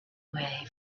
way